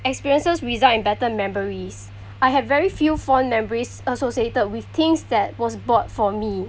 experiences result in better memories I have very few fond memories associated with things that was bought for me